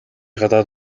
гадаад